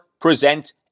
present